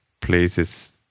places